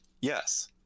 Yes